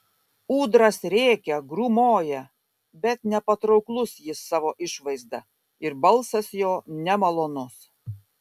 ūdras rėkia grūmoja bet nepatrauklus jis savo išvaizda ir balsas jo nemalonus